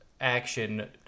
action